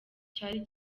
cyari